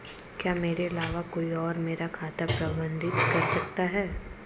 क्या मेरे अलावा कोई और मेरा खाता प्रबंधित कर सकता है?